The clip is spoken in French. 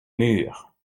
murs